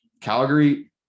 Calgary